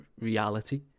reality